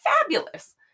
Fabulous